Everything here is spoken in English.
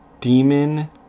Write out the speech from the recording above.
demon